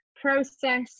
Process